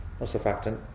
surfactant